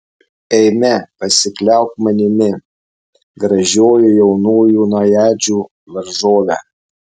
eime pasikliauk manimi gražioji jaunųjų najadžių varžove